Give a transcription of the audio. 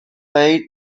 bade